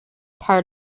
part